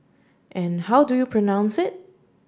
and how do you pronounce it